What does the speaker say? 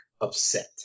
upset